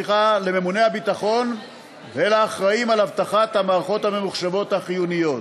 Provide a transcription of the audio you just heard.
לממוני הביטחון ולאחראים לאבטחת המערכות הממוחשבות החיוניות.